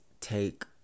take